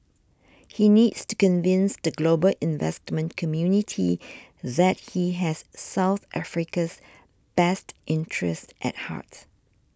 he needs to convince the global investment community that he has South Africa's best interests at heart